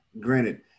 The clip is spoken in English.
granted